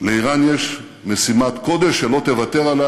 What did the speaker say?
לאיראן יש משימת קודש שלא תוותר עליה,